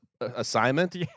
assignment